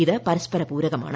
ഇത് പരസ്പര പൂരകമാണ്